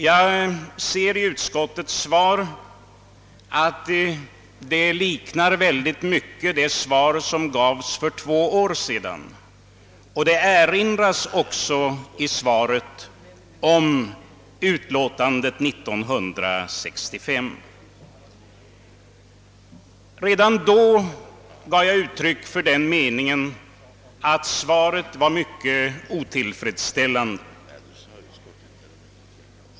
Jag tycker att utskottets svar mycket liknar det som gavs för två år sedan, och det erinras också i svaret om utlåtandet 1965. Redan då gav jag uttryck för uppfattningen att svaret var mycket otillfredsställande.